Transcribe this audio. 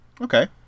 Okay